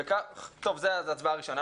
זו הצבעה ראשונה.